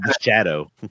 shadow